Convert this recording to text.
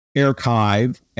archive